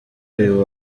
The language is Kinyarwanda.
uyu